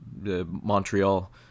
Montreal